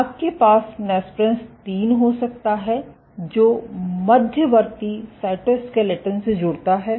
आपके पास नेस्प्रेन्स 3 हो सकता है जो मध्यवर्ती साइटोस्केलेटन से जुड़ता है